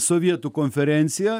sovietų konferencija